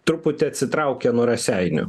truputį atsitraukę nuo raseinių